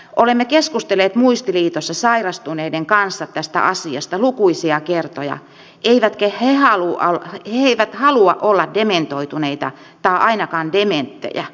olemme keskustelleet muistiliitossa sairastuneiden kanssa tästä asiasta lukuisia kertoja eivätkä he halua olla dementoituneita tai ainakaan dementtejä